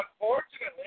Unfortunately